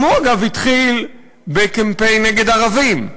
גם הוא, אגב, התחיל בקמפיין נגד ערבים.